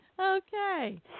Okay